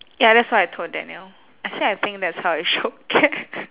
ya that's what I told daniel I said I think that's how I show care